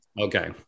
Okay